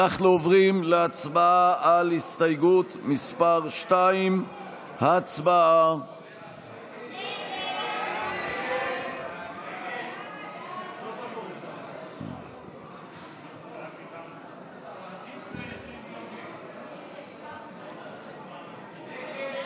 אנחנו עוברים להצבעה על הסתייגות מס' 2. הצבעה.